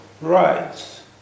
rights